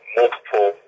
multiple